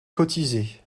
cotisé